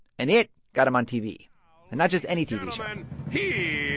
and it got him on tv and not just any tv show and